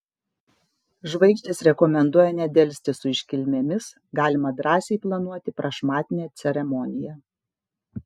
žvaigždės rekomenduoja nedelsti su iškilmėmis galima drąsiai planuoti prašmatnią ceremoniją